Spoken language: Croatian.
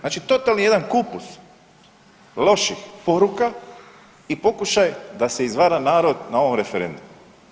Znači totalni jedan kupus loših poruka i pokušaj da se izvara narod na ovom referendumu.